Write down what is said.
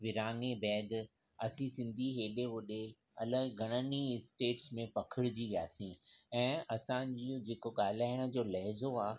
वीरानीबैग असां सिंधी हेॾे होॾे अलॻि घणनि ई स्टेट्स में पखिणिजी वियासीं ऐं असांजूं जेको ॻाल्हाइण जो लहज़ो आहे